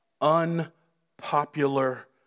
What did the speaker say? unpopular